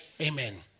Amen